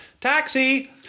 Taxi